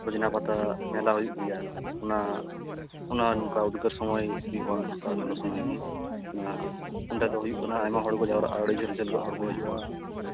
ᱩᱡᱽᱱᱟ ᱯᱟᱛᱟ ᱢᱮᱞᱟ ᱦᱩᱭᱩᱜ ᱜᱮᱭᱟ ᱚᱱᱟ ᱚᱱᱟ ᱱᱚᱝᱠᱟ ᱩᱫᱽᱜᱟᱹᱨ ᱥᱚᱢᱚᱭ ᱦᱩᱭᱩᱜᱼᱟ ᱚᱱᱠᱟ ᱞᱚᱞᱚ ᱥᱚᱢᱚᱭ ᱜᱮ ᱱᱚᱣᱟ ᱚᱸᱰᱮ ᱫᱚ ᱦᱩᱭᱩᱜ ᱠᱟᱱᱟ ᱟᱭᱢᱟ ᱦᱚᱲ ᱠᱚ ᱡᱟᱣᱨᱟᱜᱼᱟ ᱟᱹᱰᱤ ᱡᱷᱟᱹᱞ ᱡᱷᱟᱞ ᱠᱷᱚᱡ ᱦᱚᱲᱠᱚ ᱦᱤᱡᱩᱜᱼᱟ